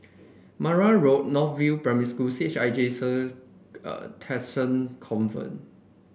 Marang Road North View Primary School C H I J St Theresa Convent